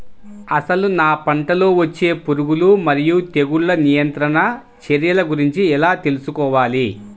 అసలు నా పంటలో వచ్చే పురుగులు మరియు తెగులుల నియంత్రణ చర్యల గురించి ఎలా తెలుసుకోవాలి?